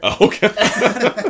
okay